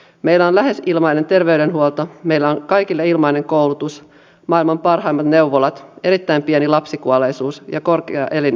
meillä on lähes ilmainen terveydenhuolto meillä on kaikille ilmainen koulutus maailman parhaimmat neuvolat erittäin pieni lapsikuolleisuus ja korkea eliniän ennuste